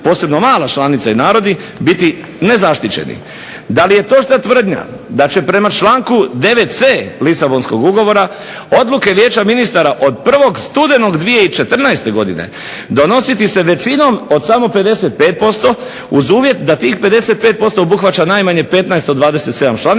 posebno mala članica i narodi biti nezaštićeni. Da li je točna tvrdnja da će prema članku 9.c Lisabonskog ugovora odluke Vijeća ministara od 1. studenog 2014. godine donositi se većinom od samo 55% u uvjet da tih 55% obuhvaća najmanje 15 od 27 članica